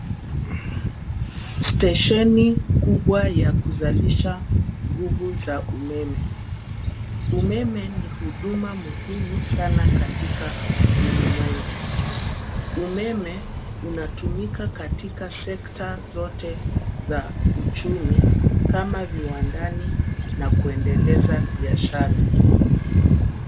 Stesheni kubwa ya kuzalisha nguvu za umeme. Umeme ni huduma muhimu sana katika ulimwengu. Umeme unatumika katika sekta zote za uchumi kama viwandani na kuendeleza biashara.